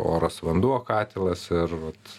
oras vanduo katilas ir vat